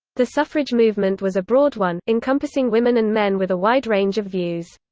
the suffrage movement was a broad one, encompassing women and men with a wide range of views.